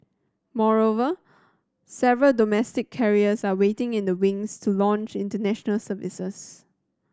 moreover several domestic carriers are waiting in the wings to launch international services